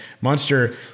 Monster